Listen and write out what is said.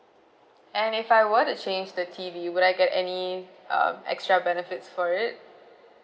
and if I were to change the T_V would I get any um extra benefits for it